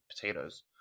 potatoes